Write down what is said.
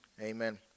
Amen